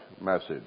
message